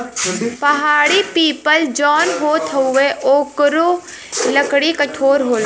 पहाड़ी पीपल जौन होत हउवे ओकरो लकड़ी कठोर होला